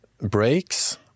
breaks